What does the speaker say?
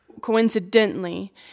coincidentally